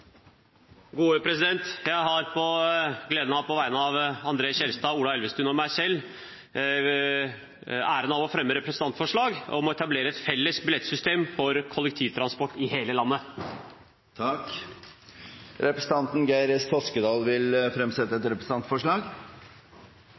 Jeg har på vegne av André N. Skjelstad, Ola Elvestuen og meg selv æren av å fremme et representantforslag om å etablere et felles billettsystem for kollektivtransport i hele landet. Representanten Geir S. Toskedal vil fremsette et